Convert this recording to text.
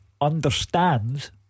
understands